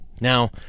now